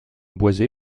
boisé